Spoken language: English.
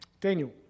Daniel